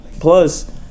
Plus